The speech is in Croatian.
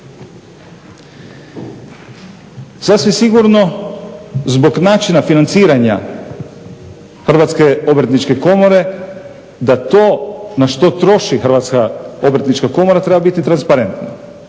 Sasvim sigurno zbog načina financiranja Hrvatske obrtničke komore da to na što troši Hrvatska obrtnička komora treba biti transparentno